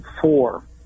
four